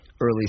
early